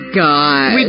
god